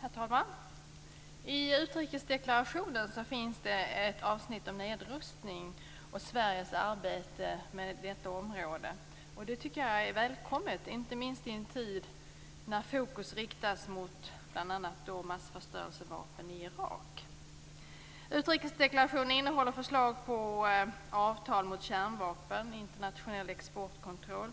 Herr talman! I utrikesdeklarationen finns det ett avsnitt om nedrustning och Sveriges arbete på detta område. Det tycker jag är välkommet, inte minst i en tid då fokus riktas mot bl.a. massförstörelsevapen i Irak. Utrikesdeklarationen innehåller förslag om avtal mot kärnvapen, internationell exportkontroll